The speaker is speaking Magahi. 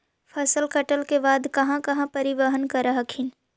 फसल कटल के बाद कहा कहा परिबहन कर हखिन?